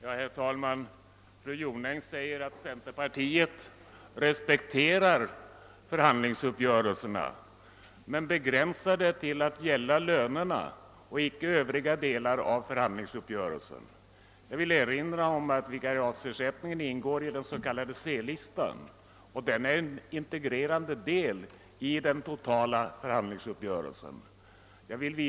Herr talman! Fru Jonäng säger att centerpartiet respekterar förhandlingsuppgörelserna men begränsar det till att gälla lönerna och icke övriga delar av förhandlingsuppgörelserna. Jag vill erinra om att vikariatsersättningen upptas på den s.k. C-listan och är en integrerande del av den totala förhandlingsuppgörelsen.